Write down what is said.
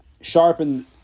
sharpen